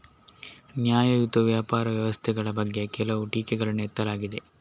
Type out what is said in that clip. ನ್ಯಾಯಯುತ ವ್ಯಾಪಾರ ವ್ಯವಸ್ಥೆಗಳ ಬಗ್ಗೆ ಕೆಲವು ಟೀಕೆಗಳನ್ನು ಎತ್ತಲಾಗಿದೆ